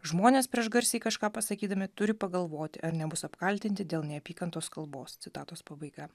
žmonės prieš garsiai kažką pasakydami turi pagalvoti ar nebus apkaltinti dėl neapykantos kalbos citatos pabaiga